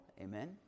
amen